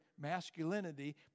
masculinity